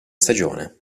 stagione